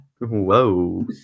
whoa